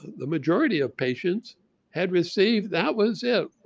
the majority of patients had received that was it,